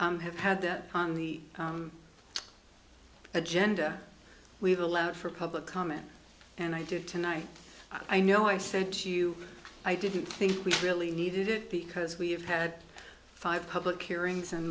i have had that on the agenda we've allowed for public comment and i did tonight i know i said to you i didn't think we really needed it because we've had five public hearings and